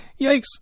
Yikes